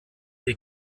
die